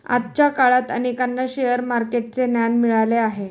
आजच्या काळात अनेकांना शेअर मार्केटचे ज्ञान मिळाले आहे